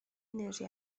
انرژی